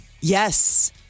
Yes